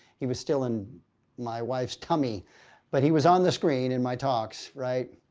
he was still in my wife's tummy but he was on the screen in my talks, right?